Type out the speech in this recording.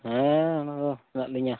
ᱦᱮᱻ ᱚᱱᱟᱫᱚ ᱦᱮᱱᱟᱜ ᱞᱤᱧᱟ